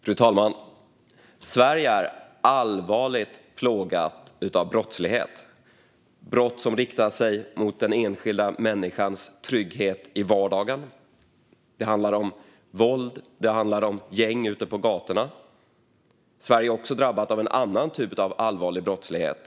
Fru talman! Sverige är allvarligt plågat av brottslighet. Det är brott som riktar sig mot den enskilda människans trygghet i vardagen. Det handlar om våld, och det handlar om gäng ute på gatorna. Sverige är också drabbat av en annan typ av allvarlig brottslighet.